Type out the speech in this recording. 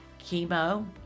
chemo